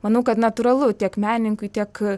manau kad natūralu tiek menininkui tiek